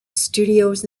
studios